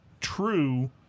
true